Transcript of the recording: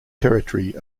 territory